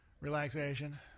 Relaxation